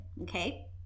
Okay